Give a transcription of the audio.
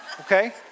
okay